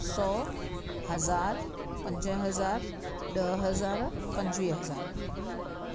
सौ हज़ार पंज हज़ार ॾह हज़ार पंजवीह हज़ार